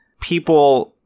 people